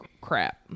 crap